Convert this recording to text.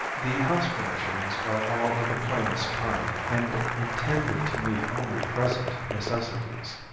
the house furnishings are all of the plainest kind and intended to meet only present necessities.